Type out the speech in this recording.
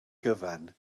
gyfan